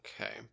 Okay